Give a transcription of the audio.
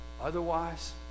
Otherwise